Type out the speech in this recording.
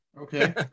Okay